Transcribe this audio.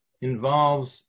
involves